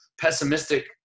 pessimistic